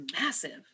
massive